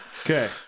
Okay